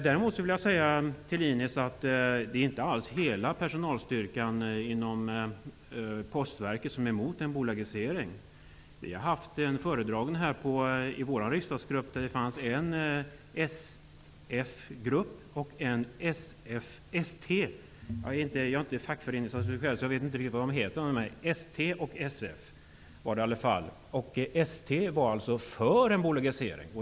Däremot vill jag säga till Ines Uusmann att inte alls hela personalstyrkan inom Postverket är emot en bolagisering. Vi har haft en föredragning i vår riksdagsgrupp tillsammans med en SF-grupp och en ST var alltså för en bolagisering.